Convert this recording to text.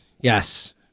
Yes